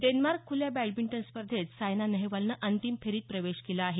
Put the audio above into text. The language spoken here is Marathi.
डेन्मार्क खुल्या बॅडमिंटन स्पर्धेत सायना नेहवालनं अंतिम फेरीत प्रवेश केला आहे